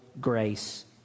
grace